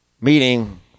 Meaning